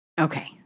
Okay